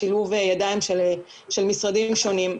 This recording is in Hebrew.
שילוב ידיים של משרדים שונים.